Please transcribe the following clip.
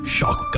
Shock